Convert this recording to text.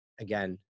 again